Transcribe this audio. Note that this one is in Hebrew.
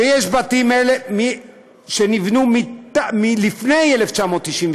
שיש בתים שנבנו לפני 1992,